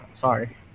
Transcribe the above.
Sorry